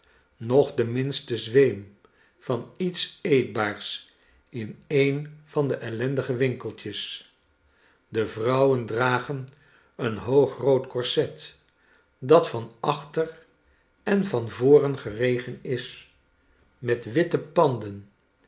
noch de minste zweem van ietseetbaarsin een van de ellendige winkeltjes de vrouwen dragen een hoogrood korset dat van achter en van voren geregen is met witte panden